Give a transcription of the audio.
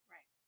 Right